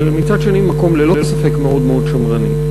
אבל מצד שני מקום ללא ספק מאוד מאוד שמרני.